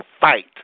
fight